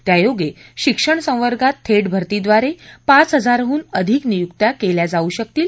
त्यायोगे शिक्षण संवर्गात थेट भर्तीद्वारे पाच हजारहून अधिक नियुक्त्या केल्या जाऊ शकतील